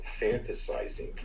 fantasizing